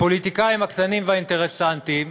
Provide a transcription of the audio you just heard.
הפוליטיקאים הקטנים והאינטרסנטים